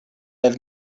have